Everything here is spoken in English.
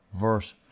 verse